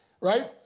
right